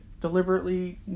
Deliberately